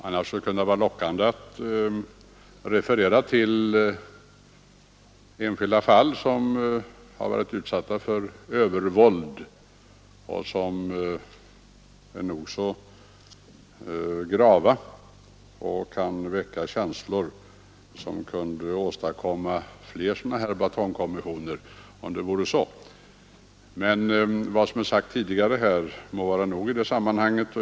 Det kunde annars vara lockande att referera till enskilda fall av övervåld, som varit nog så grava och som kunde väcka känslor som åstadkom flera sådana här ”batongkommissioner”. Men vad som är sagt tidigare här torde vara nog i det sammanhanget.